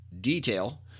detail